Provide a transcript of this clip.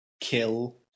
kill